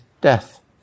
death